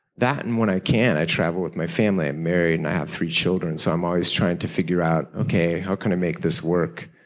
that and when i can, i travel with my family. i'm married and i have three children, so i'm always trying to figure out, okay, how can i make this work?